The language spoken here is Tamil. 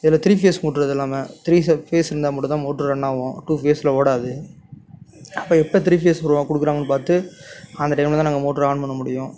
இதில் த்ரீ ஃபேஸ் மோட்ரு அது எல்லாமே த்ரீ ஃபேஸ் இருந்தால் மட்டும்தான் மோட்ரு ரன் ஆகும் டூ ஃபேஸில் ஓடாது அப்போ எப்போ த்ரீ ஃபேஸ் வரும் கொடுக்குறாங்கனு பார்த்து அந்த டைமில் தான் நாங்கள் மோட்டார ஆன் பண்ணமுடியும்